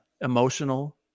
emotional